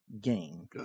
gain